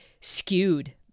skewed